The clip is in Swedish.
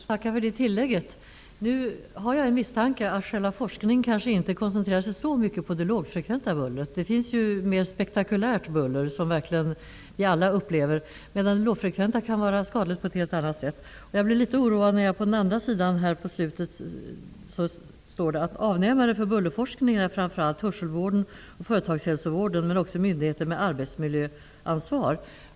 Herr talman! Jag tackar för det tillägget. Jag har en misstanke, att själva forskningen kanske inte koncentreras så mycket på det lågfrekventa bullret. Det finns ju mer spektakulärt buller som vi alla upplever, medan det lågfrekventa bullret kan vara skadligt på ett helt annat sätt. Jag blev litet oroad över det som stod i svaret om att avnämare för bullerforskningen framför allt är hörselvården och företagshälsovården, men också myndigheter med arbetsmiljöansvar.